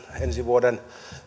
ensi vuoden